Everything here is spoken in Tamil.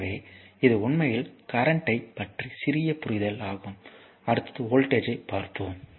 எனவே இது உண்மையில் கரண்ட்யைப் பற்றிய சிறிய புரிதல் ஆகும் அடுத்தது வோல்டேஜ் பார்ப்போம்